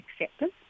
acceptance